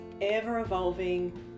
ever-evolving